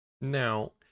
Now